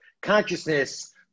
consciousness